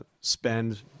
spend